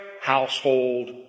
household